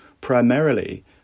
primarily